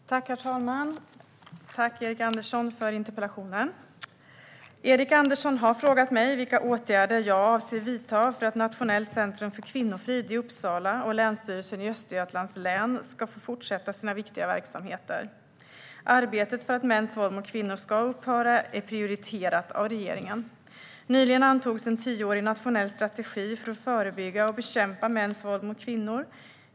Herr talman! Tack, Erik Andersson, för interpellationen! Erik Andersson har frågat mig vilka åtgärder jag avser att vidta för att Nationellt centrum för kvinnofrid i Uppsala och Länsstyrelsen i Östergötlands län ska få fortsätta sina viktiga verksamheter. Arbetet för att mäns våld mot kvinnor ska upphöra är prioriterat av regeringen. Nyligen antogs en tioårig nationell strategi för att förebygga och bekämpa mäns våld mot kvinnor .